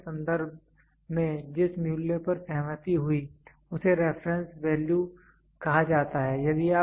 तुलना के संदर्भ में जिस मूल्य पर सहमति हुई उसे रेफरेंस वैल्यू कहा जाता है